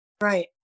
Right